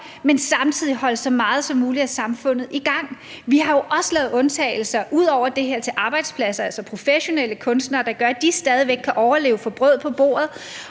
men samtidig holde så meget som muligt af samfundet i gang? Vi har jo også lavet undtagelser ud over det her for arbejdspladser, altså for professionelle kunstnere, hvilket gør, at de stadig væk kan overleve og få brød på bordet.